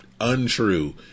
untrue